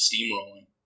steamrolling